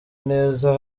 neza